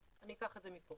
אני אקח את זה מפה,